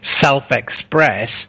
self-express